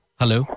hello